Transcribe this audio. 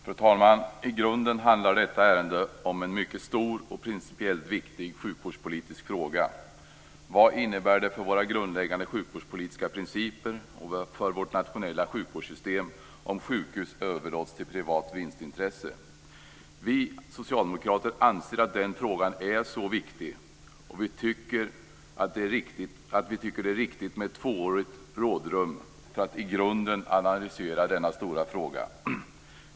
Fru talman! I grunden handlar detta ärende om en mycket stor och principiellt viktig sjukvårdspolitisk fråga. Vad innebär det för våra grundläggande sjukvårdspolitiska principer och för vårt nationella sjukvårdssystem om sjukhus överlåts till privat vinstintresse? Vi socialdemokrater anser att den frågan är så viktig att vi tycker att det är riktigt med ett tvåårigt rådrum för att i grunden analysera denna stora fråga.